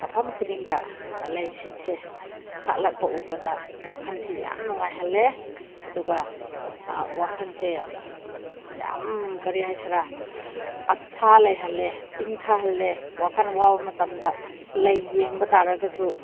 ꯃꯐꯝ ꯈꯨꯗꯤꯡꯗ ꯂꯩꯁꯤꯡꯁꯦ ꯁꯥꯠꯂꯛꯄ ꯎꯕꯗ ꯋꯥꯈꯜꯁꯤ ꯌꯥꯝ ꯅꯨꯡꯉꯥꯏꯍꯜꯂꯦ ꯑꯗꯨꯒ ꯋꯥꯈꯜꯁꯦ ꯌꯥꯝ ꯀꯔꯤꯍꯥꯏꯁꯤꯔꯥ ꯑꯁꯥ ꯂꯩꯍꯜꯂꯦ ꯏꯪꯊꯍꯜꯂꯦ ꯋꯥꯈꯜ ꯋꯥꯕ ꯃꯇꯝꯗ ꯂꯩ ꯌꯦꯡꯕ ꯇꯥꯔꯒꯁꯨ